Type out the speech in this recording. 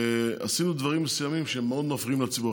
עשינו דברים מסוימים במה שמאוד מפריע לציבור.